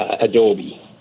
Adobe